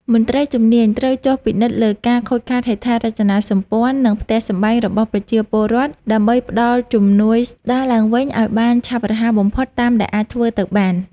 មន្ត្រីជំនាញត្រូវចុះពិនិត្យលើការខូចខាតហេដ្ឋារចនាសម្ព័ន្ធ និងផ្ទះសម្បែងរបស់ប្រជាពលរដ្ឋ ដើម្បីផ្តល់ជំនួយស្ដារឡើងវិញឱ្យបានឆាប់រហ័សបំផុតតាមដែលអាចធ្វើទៅបាន។